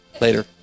later